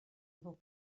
nhw